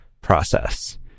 process